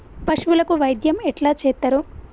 పశువులకు వైద్యం ఎట్లా చేత్తరు?